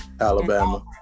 Alabama